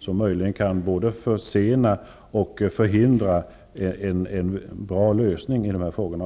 som möjligen kan både försena och förhindra en bra lösning av frågorna.